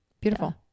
beautiful